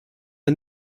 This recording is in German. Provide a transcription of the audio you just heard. der